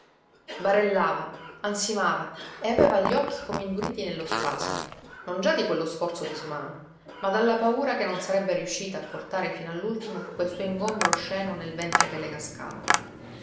costarle barellava ansimava e aveva gli occhi come induriti nello spasimo non già di quello sforzo disumano ma dalla paura che non sarebbe riuscita a portare fino all'ultimo quel suo ingombro osceno nel ventre che le cascava